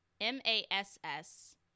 M-A-S-S